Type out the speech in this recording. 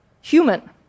human